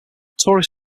tourist